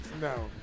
No